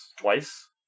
twice